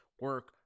Work